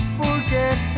forget